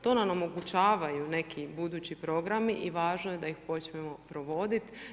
To nam omogućavaju neki budući programi i važno je da ih počnemo provoditi.